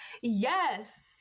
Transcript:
yes